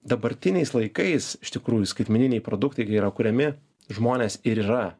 dabartiniais laikais iš tikrųjų skaitmeniniai produktai yra kuriami žmonės ir yra